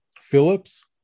Phillips